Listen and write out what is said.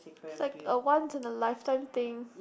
like a once in a life time thing